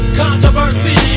controversy